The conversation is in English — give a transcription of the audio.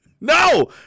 No